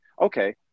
okay